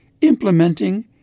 implementing